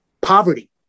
Poverty